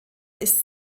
ist